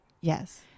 Yes